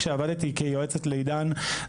כשעבדתי כיועצת לעידן,